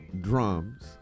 drums